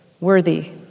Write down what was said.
worthy